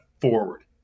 forward